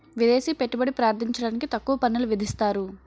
విదేశీ పెట్టుబడి ప్రార్థించడానికి తక్కువ పన్నులు విధిస్తారు